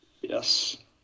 Yes